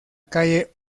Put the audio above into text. calle